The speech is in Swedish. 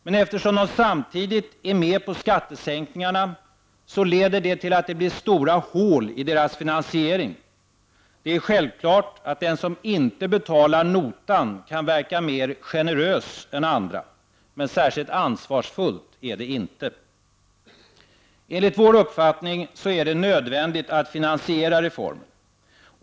Men eftersom de samtidigt är med på skattesänkningarna uppstår det stora hål i deras finansiering. Det är självklart att den som inte betalar notan kan verka vara mer generös än andra. Men särskilt ansvarsfullt är det inte. Enligt vår uppfattning är det nödvändigt att finansiera reformen.